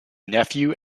nephew